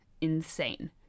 insane